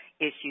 issues